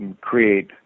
create